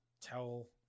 tell